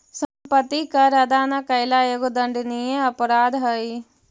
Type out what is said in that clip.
सम्पत्ति कर अदा न कैला एगो दण्डनीय अपराध हई